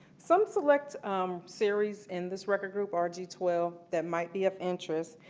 some select um series in this record group ah rg twelve that might be of interest,